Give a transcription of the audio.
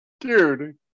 dude